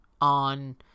on